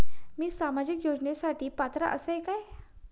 मी सामाजिक योजनांसाठी पात्र असय काय?